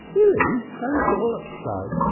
willie, don't golp so.